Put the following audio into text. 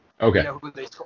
Okay